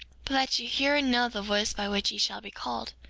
but that ye hear and know the voice by which ye shall be called,